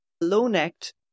low-necked